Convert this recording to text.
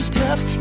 tough